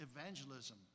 evangelism